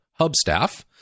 Hubstaff